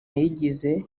yigize